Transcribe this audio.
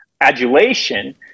adulation